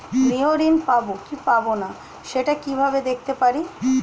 গৃহ ঋণ পাবো কি পাবো না সেটা কিভাবে দেখতে পারি?